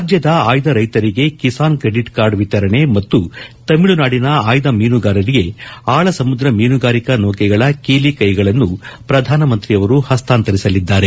ರಾಜ್ಯದ ಆಯ್ದ ರೈತರಿಗೆ ಕಿಸಾನ್ ಕ್ರೆದಿಟ್ ಕಾರ್ಡ್ ವಿತರಣೆ ಮತ್ತು ತಮಿಳುನಾದಿನ ಆಯ್ದ ಮೀನುಗಾರರಿಗೆ ಆಳ ಸಮುದ್ರ ಮೀನುಗಾರಿಕಾ ನೌಕೆಗಳ ಕೀಲಿಕ್ಕೆಗಳನ್ನು ಪ್ರಧಾನಮಂತ್ರಿ ಹಸ್ತಾಂತರಿಸಲಿದ್ದಾರೆ